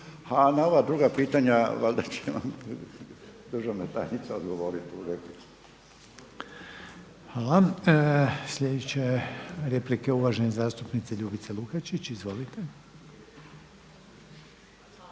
A na ova druga pitanja, valjda će vam državna tajnica odgovoriti. **Reiner, Željko (HDZ)** Hvala. Sljedeća replika je uvažene zastupnice Ljubice Lukačić. Izvolite.